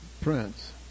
Prince